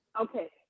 okay